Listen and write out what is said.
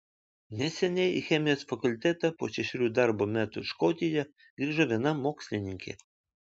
neseniai į chemijos fakultetą po šešerių darbo metų škotijoje grįžo viena mokslininkė